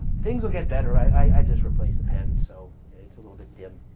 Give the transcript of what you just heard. things will get better, i just replaced the pen so it's a little bit dim.